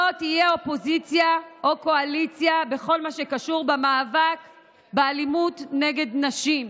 לא תהיה אופוזיציה או קואליציה בכל מה שקשור במאבק באלימות נגד נשים.